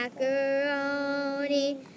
macaroni